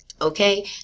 okay